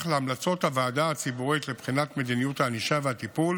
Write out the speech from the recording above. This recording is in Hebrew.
להמלצות הוועדה הציבורית לבחינת מדיניות הענישה והטיפול